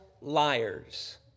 liars